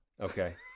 Okay